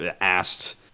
asked